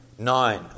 Nine